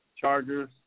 Chargers